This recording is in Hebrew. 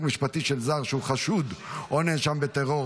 משפטי של זר שהוא חשוד או נאשם בטרור,